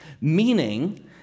meaning